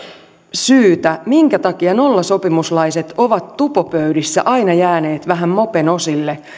syytä minkä takia nollasopimuslaiset ovat tupopöydissä aina jääneet vähän mopen osille